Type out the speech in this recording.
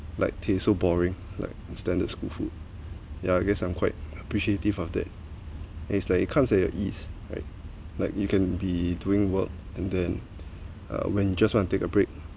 like !chey! so boring like standard school food yeah guess I'm quite appreciative of that it's like it comes at your ease right like you can be doing work and then uh when you just wanna take a break